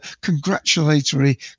congratulatory